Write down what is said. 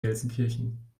gelsenkirchen